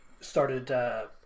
started